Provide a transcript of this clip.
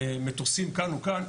מטוסים כאן או כאן,